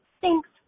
Thanks